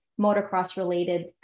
motocross-related